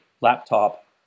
laptop